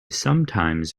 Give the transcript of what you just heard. sometimes